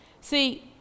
See